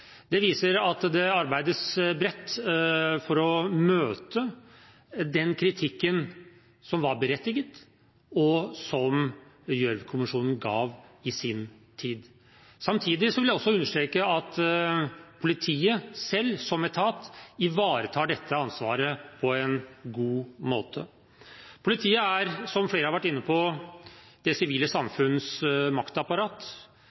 Det viser at det arbeides bredt for å møte den kritikken – som var berettiget – som Gjørv-kommisjonen ga i sin tid. Samtidig vil jeg også understreke at politiet selv som etat ivaretar dette ansvaret på en god måte. Politiet er, som flere har vært inne på, det sivile